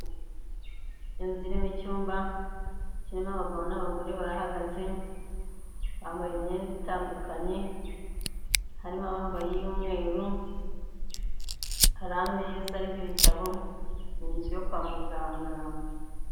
Inzu irimo icyumba kirimo abagabo n'abagore barahagaze, bambaye imyenda itandukanye, harimo abambaye iy'umweru, hari ameza iriho ibitabo n'inzu yo kwa muganga.